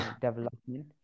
development